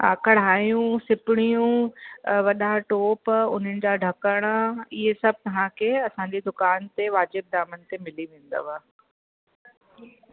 हा कढाइयूं सिपड़ियूं वॾा टोप उन्हनि जा ढकन ईअं सभु तव्हांखे असांजी दुकान ते वाजिब दामन ते मिली वेंदव